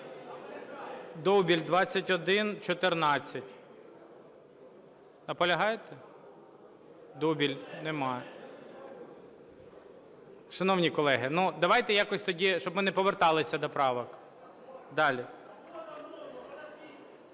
Дубіль, 2114. Наполягаєте? Дубіль. Немає. Шановні колеги, давайте якось тоді, щоб ми не поверталися до правок. Далі.